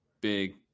big